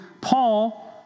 Paul